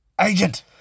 agent